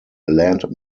land